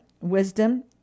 wisdom